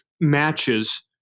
matches